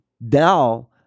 now